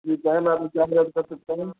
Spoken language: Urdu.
جی کیا ہم آپ کی کیا مدد کر سکتے ہیں